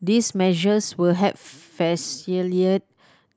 these measures will help the